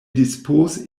dispose